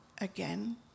Again